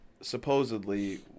Supposedly